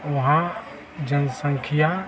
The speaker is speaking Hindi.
वहाँ जनसंख्या